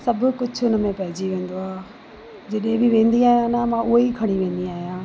सभु कुझु हुनमें पइजी वेंदो आहे जॾहिं बि वेंदी आहियां न मां उहेई खणी वेंदी आहियां